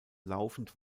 laufend